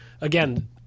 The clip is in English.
again